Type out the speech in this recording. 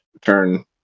turn